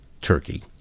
turkey